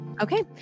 Okay